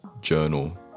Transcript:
journal